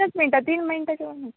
तीनच मिंटं तीन मिंटाच्या वर नाही